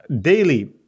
Daily